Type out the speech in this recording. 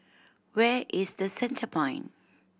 where is The Centrepoint